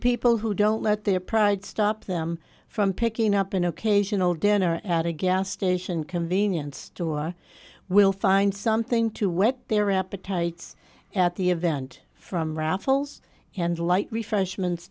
people who don't let their pride stop them from picking up an occasional dinner at a gas station convenience store will find something to whet their appetite at the event from raffles and light refreshments